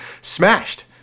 smashed